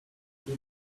you